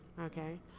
Okay